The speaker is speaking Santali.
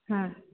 ᱦᱮᱸ